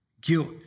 guilt